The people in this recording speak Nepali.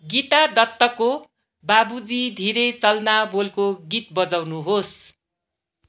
गीता दत्तको बाबुजी धिरे चलना बोलको गीत बजाउनुहोस्